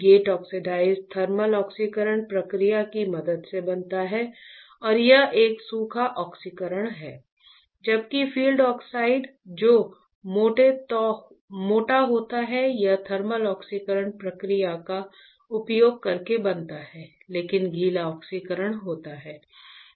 gate oxide thermal ऑक्सीकरण प्रक्रिया की मदद से बनता है और यह एक सूखा ऑक्सीकरण है जबकि फिल ऑक्साइड जो मोटा होता है वह थर्मल ऑक्सीकरण प्रक्रिया का उपयोग करके बनता है लेकिन गीला ऑक्सीकरण होता है